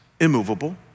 immovable